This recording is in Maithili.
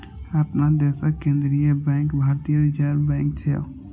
अपना देशक केंद्रीय बैंक भारतीय रिजर्व बैंक छियै